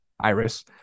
Iris